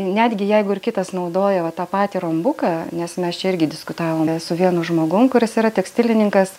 netgi jeigu ir kitas naudojau va tą patį rombuką nes mes čia irgi diskutavome su vienu žmogum kuris yra tekstilininkas